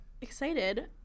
excited